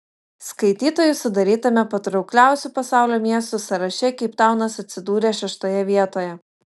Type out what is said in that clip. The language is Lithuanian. skaitytojų sudarytame patraukliausių pasaulio miestų sąraše keiptaunas atsidūrė šeštoje vietoje